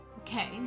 Okay